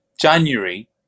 January